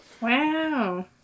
wow